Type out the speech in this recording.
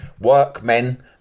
workmen